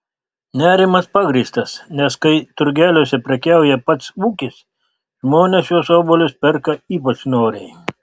nerimas pagrįstas nes kai turgeliuose prekiauja pats ūkis žmonės šiuos obuolius perka ypač noriai